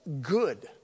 good